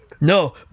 No